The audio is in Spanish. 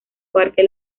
parque